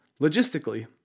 Logistically